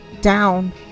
down